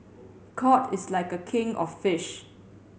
cod is like a king of fish